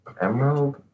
Emerald